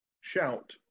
shout